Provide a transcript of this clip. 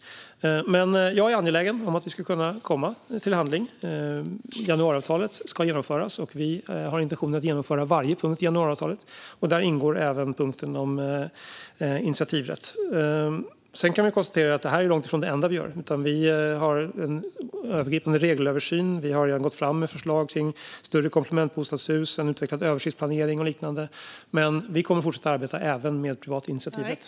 Jag är angelägen om att vi ska kunna komma till handling. Januariavtalet ska genomföras. Vi har intentionen att genomföra varje punkt i januariavtalet, och där ingår även punkten om initiativrätt. Sedan kan vi konstatera att detta är långt ifrån det enda vi gör. Vi har en övergripande regelöversyn, och vi har redan gått fram med förslag om större komplementbostadshus, en utvecklad översiktsplanering och liknande. Vi kommer att fortsätta att arbeta även med privat initiativrätt.